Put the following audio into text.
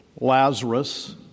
Lazarus